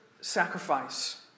sacrifice